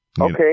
Okay